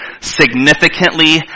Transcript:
significantly